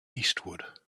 eastward